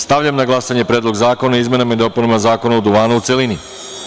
Stavljam na glasanje Predlog zakona o izmenama i dopunama Zakona o duvanu, u celini.